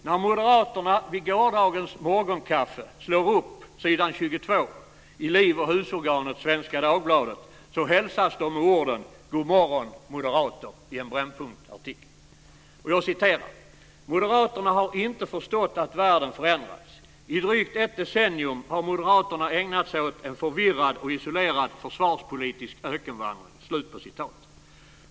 När moderaterna vid gårdagens morgonkaffe slog upp s. 22 i liv och husorganet Svenska Dagbladet hälsades de med orden "Moderaterna har inte förstått att världen förändrats - I ett drygt decennium har moderaterna ägnat sig åt en förvirrad och isolerad försvarspolitisk ökenvandring."